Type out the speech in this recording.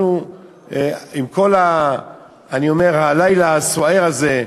אני אומר, הלילה הסוער הזה,